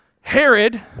Herod